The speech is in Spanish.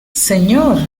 señor